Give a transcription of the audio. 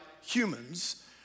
humans